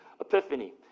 epiphany